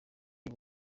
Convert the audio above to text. ubu